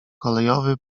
kolejowy